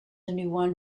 anyone